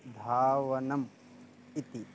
धावनम् इति